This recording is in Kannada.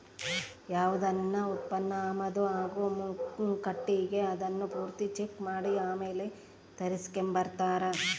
ಯಾವ್ದನ ಉತ್ಪನ್ನ ಆಮದು ಆಗೋ ಮುಂಕಟಿಗೆ ಅದುನ್ನ ಪೂರ್ತಿ ಚೆಕ್ ಮಾಡಿ ಆಮೇಲ್ ತರಿಸ್ಕೆಂಬ್ತಾರ